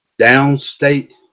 Downstate